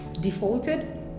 defaulted